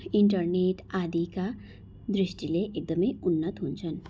internet आदिका दृष्टिले एकदमै उन्नत हुन्छन्